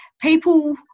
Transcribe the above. people